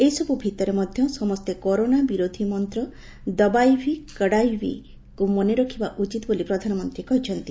ଏସବୁ ଭିତରେ ମଧ ସମସେ କରୋନା ବିରୋଧୀ ମନ୍ତ 'ଦବାଇ ଭି କଡ଼ାଇ ଭି'କୁ ମନେ ରଖିବା ଉଚିତ ବୋଲି ପ୍ରଧାନମନ୍ତୀ କହିଛନ୍ତି